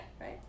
right